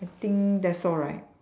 I think that's all right